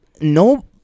no